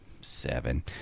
seven